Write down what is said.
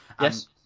Yes